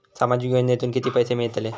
सामाजिक योजनेतून किती पैसे मिळतले?